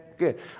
Good